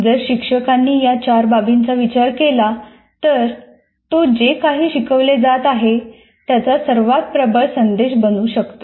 जर शिक्षकांनी या चार बाबींचा विचार केला तर तो जे काही शिकवले जात आहे त्याचा सर्वात प्रबळ संदेश बनवू शकतो